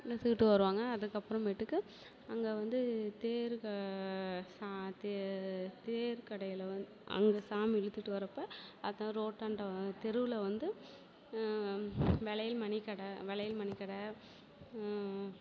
இழுத்துகிட்டு வருவாங்க அதுக்கு அப்புறமேட்டுக்கு அங்கே வந்து தேர் க தே தேர் கடையில் வந் அங்கே சாமி இழுத்துகிட்டு வரப்போ அந்த ரோட்டாண்டை தெருவில் வந்து வளையல் மணிக்கடை வளையல் மணிக்கடை